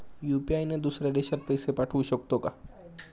UPI ने दुसऱ्या देशात पैसे पाठवू शकतो का?